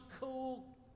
cool